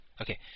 Okay